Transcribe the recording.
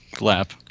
lap